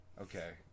okay